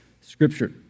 scripture